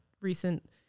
recent